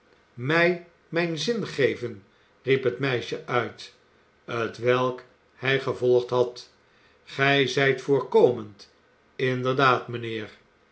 mij mijn zin geven riep het meisje uit t welk hij gevolgd had gij zijt voorkomend inderdaad mijnheer